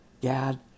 Gad